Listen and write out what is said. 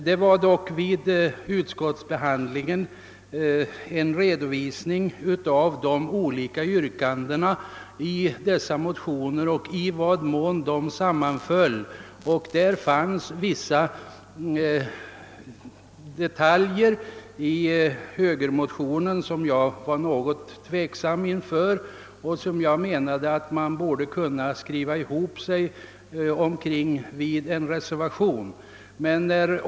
Men vid utskottsbehandlingen lämnades en redovisning av de olika yrkandena i dessa motioner, och i högermotionen var det vissa detaljer som jag var litet tveksam inför och om vilka jag menade, att man borde kunna skriva ihop sig i en reservation.